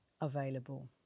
available